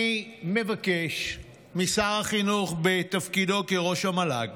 אני מבקש משר החינוך בתפקידו כראש המל"ג